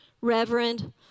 reverend